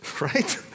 Right